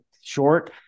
short